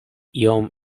iom